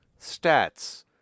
stats